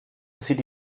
sieht